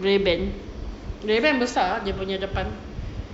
ray-ban ray-ban besar ah dia punya depan